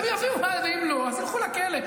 הם יביאו, ואם לא, ילכו לכלא.